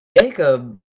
Jacob